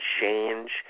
change